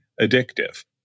addictive